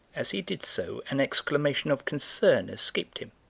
as he did so an exclamation of concern escaped him.